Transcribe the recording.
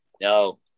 No